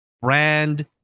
Brand